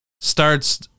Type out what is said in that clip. starts